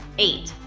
eight,